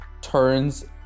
turns